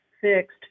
fixed